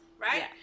Right